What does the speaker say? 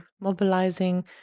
mobilizing